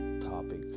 topic